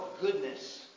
goodness